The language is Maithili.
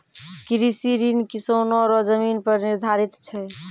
कृषि ऋण किसानो रो जमीन पर निर्धारित छै